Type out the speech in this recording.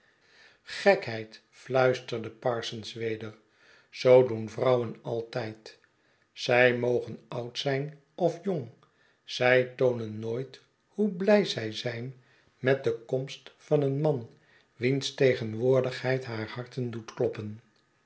gekheid fluisterde parsons weder zoo doen vrouwen altijd zij mogen oud zijn of jong zij toonen nooit hoe blij zij zijn met de komst van een man wiens tegenwoordigheid haar harten doet kloppen